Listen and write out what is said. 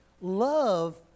love